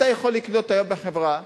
אתה יכול לקנות היום בחברה